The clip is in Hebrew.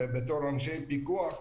בתור אנשי פיקוח,